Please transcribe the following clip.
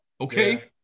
okay